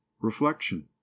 reflection